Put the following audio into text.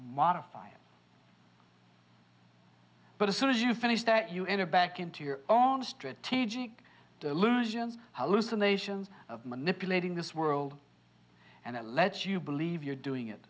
modify it but as soon as you finish that you enter back into your own strategic delusions how loose the nations of manipulating this world and it lets you believe you're doing it